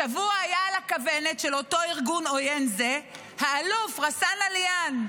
השבוע היה על הכוונת של אותו ארגון עוין זה האלוף ע'סאן עליאן,